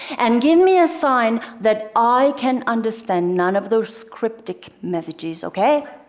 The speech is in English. and give me a sign that i can understand. none of those cryptic messages, okay?